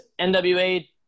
NWA